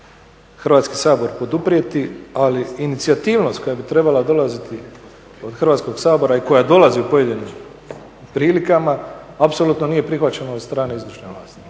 Hrvatski sabor poduprijeti ali inicijativnost koja bi trebala dolaziti od Hrvatskog sabora i koja dolazi u pojedinim prilikama apsolutno nije prihvaćena od strane izvršne vlasti.